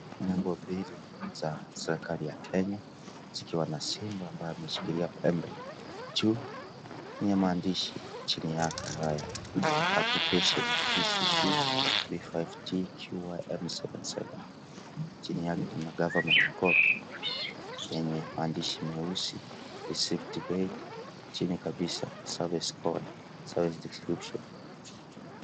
Nembo mbili za serikali ya Kenya, zikiwa na simba ambaye ameshikilia pembe juu, yenye maandishi; chini yake haya Application PCC-B5TQYM77 . Chini yake kuna Government Copy yenye maandishi meusi ya Safety Belt . Chini kabisa Service Code, Service Description .